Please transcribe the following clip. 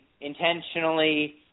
intentionally